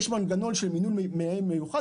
יש מנגנון של מינוי מנהל מיוחד.